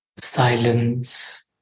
Silence